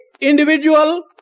individual